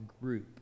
group